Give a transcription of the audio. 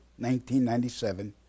1997